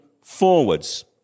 forwards